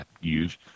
use